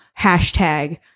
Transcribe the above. hashtag